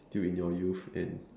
still in your youth and